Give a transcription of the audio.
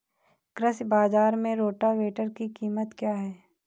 कृषि बाजार में रोटावेटर की कीमत क्या है?